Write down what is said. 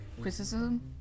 criticism